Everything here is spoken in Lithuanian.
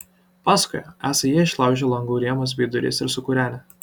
pasakojo esą jie išlaužę langų rėmus bei duris ir sukūrenę